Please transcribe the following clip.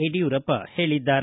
ಯಡಿಯೂರಪ್ಪ ಹೇಳಿದ್ದಾರೆ